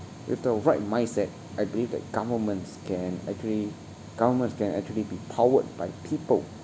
with the right mindset I believe that governments can actually governments can actually be powered by people